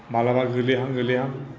माब्लाबा गोलैहां गोलैहां